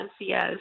yes